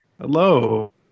Hello